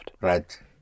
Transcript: Right